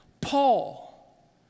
Paul